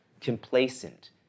complacent